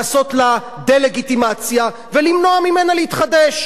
לעשות לה דה-לגיטימציה ולמנוע ממנה להתחדש.